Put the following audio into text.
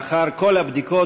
לאחר כל הבדיקות,